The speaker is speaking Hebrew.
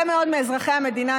הרבה מאוד מאזרחי המדינה,